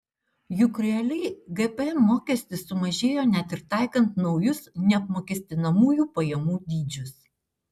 juk realiai gpm mokestis sumažėjo net ir taikant naujus neapmokestinamųjų pajamų dydžius